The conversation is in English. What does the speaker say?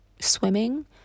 swimming